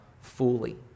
fully